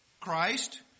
Christ